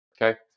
okay